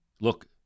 look